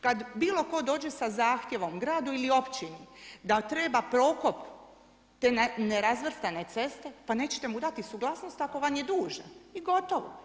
Kada bilo tko dođe sa zahtjevom gradu ili općini da treba prokop te nerazvrstane ceste pa nećete mu dati suglasnost ako vam je dužan i gotovo.